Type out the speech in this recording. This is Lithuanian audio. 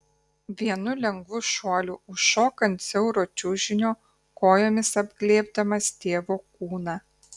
vienu lengvu šuoliu užšoka ant siauro čiužinio kojomis apglėbdamas tėvo kūną